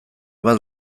bat